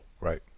Right